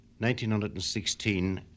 1916